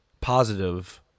positive